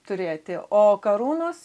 turėti o karūnos